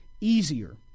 easier